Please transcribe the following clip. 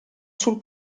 sul